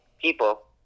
people